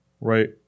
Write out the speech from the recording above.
right